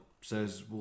says